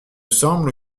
semble